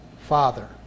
Father